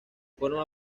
forma